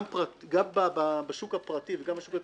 גם בשוק הפרטי וגם בשוק הציבורי,